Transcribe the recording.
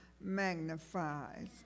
magnifies